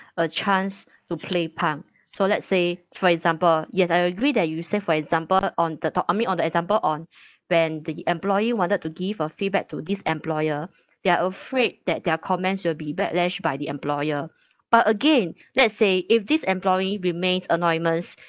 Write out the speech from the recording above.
a chance to play punk so let's say for example yes I agree that you said for example on the top I mean on the example on when the employee wanted to give a feedback to this employer they're afraid that their comments will be backlashed by the employer but again let's say if this employee remains anonymous